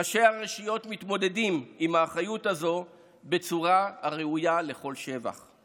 ראשי הרשויות מתמודדים עם האחריות הזו בצורה הראויה לכל שבח.